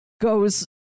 goes